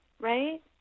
Right